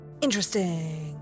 interesting